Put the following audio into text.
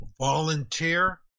volunteer